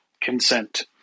consent